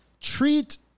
treat